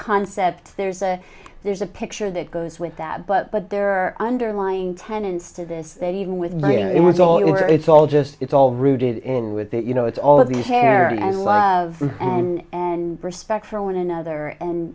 concept there's a there's a picture that goes with that but there are underlying tenants to this that even with it was all it's all just it's all rooted in with it you know it's all of the hair and love and and respect for one another and